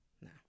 No